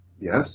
Yes